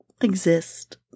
exist